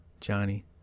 Johnny